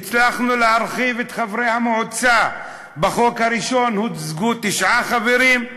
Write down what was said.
הצלחנו להגדיל את מספר חברי המועצה: בחוק הראשון תשעה חברים,